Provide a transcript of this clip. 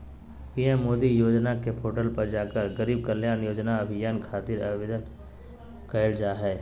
PM Modi योजना के portal पर जाकर गरीब कल्याण रोजगार अभियान खातिर आवेदन करल जा हय